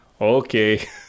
Okay